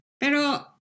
Pero